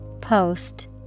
Post